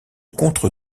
contre